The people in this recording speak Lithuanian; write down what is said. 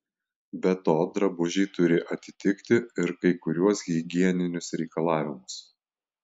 be to drabužiai turi atitikti ir kai kuriuos higieninius reikalavimus